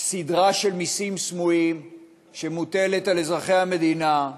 סדרה של מסים סמויים שמוטלת על אזרחי המדינה,